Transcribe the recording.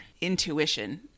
intuition